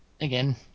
Again